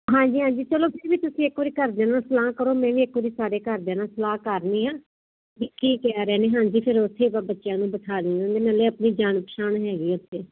ਹਾਂਜੀ ਹਾਂਜੀ ਚਲੋ ਫਿਰ ਵੀ ਤੁਸੀਂ ਇੱਕ ਵਾਰੀ ਘਰਦਿਆਂ ਨਾਲ ਸਲਾਹ ਕਰੋ ਮੈਂ ਵੀ ਇੱਕ ਵਾਰੀ ਸਾਡੇ ਘਰਦਿਆਂ ਨਾਲ ਸਲਾਹ ਕਰਨੀ ਆ ਵੀ ਕੀ ਕਹਿ ਰਹੇ ਨੇ ਹਾਂਜੀ ਫਿਰ ਉੱਥੇ ਆਪਾਂ ਬੱਚਿਆਂ ਨੂੰ ਬਿਠਾ ਦਿੰਦੇ ਨਾਲੇ ਆਪਣੀ ਜਾਣ ਪਛਾਣ ਹੈਗੀ ਇੱਥੇ